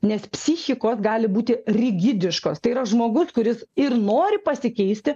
nes psichikos gali būti rigidiškos tai yra žmogus kuris ir nori pasikeisti